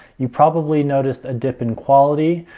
you probably noticed a dip in quality,